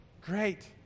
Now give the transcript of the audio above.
Great